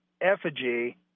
effigy